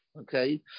okay